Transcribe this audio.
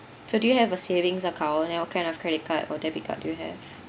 so do you have a savings account and what you kind of credit card or debit card do you have